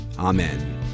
Amen